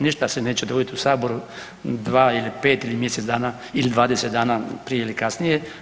Ništa se neće dobiti u Saboru 2 ili 5 ili mjesec dana ili 20 dana prije ili kasnije.